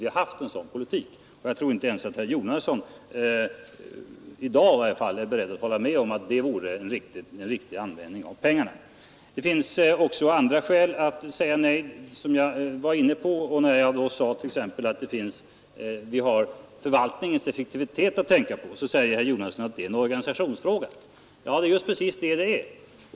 Jag tror att inte ens herr Jona hela den tid vi haft en son i varje fall inte i dag — är beredd att hålla med om att detta hade varit en riktig användning av pengarna Det finns också andra skäl att säga nej, som jag var inne på. När jag t.ex. sade att vi har förvaltningens effektivitet att tänka på, så svarar herr Jonasson att det är en organisationsfråga. Ja, det är just vad det är.